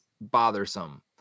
bothersome